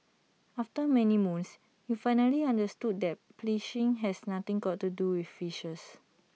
after many moons you finally understood that phishing has nothing got to do with fishes